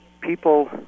people